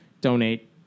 donate